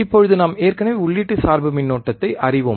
இப்போது நாம் ஏற்கனவே உள்ளீட்டு சார்பு மின்னோட்டத்தை அறிவோம்